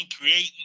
creating